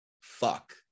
fuck